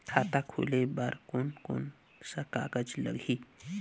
खाता खुले बार कोन कोन सा कागज़ लगही?